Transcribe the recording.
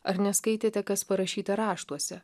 ar neskaitėte kas parašyta raštuose